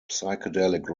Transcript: psychedelic